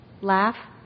Laugh